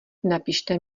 napište